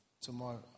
Tomorrow